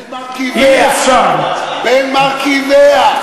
בין מרכיביה.